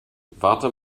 warte